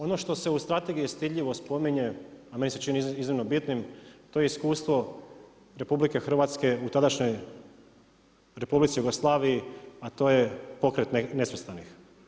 Ono što se u strategiji stidljivo spominje, a meni se čini iznimno bitnim to iskustvo RH u tadašnjoj Republici Jugoslaviji, a to je Pokret nesvrstanih.